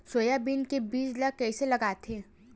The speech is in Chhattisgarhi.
सोयाबीन के बीज ल कइसे लगाथे?